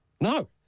No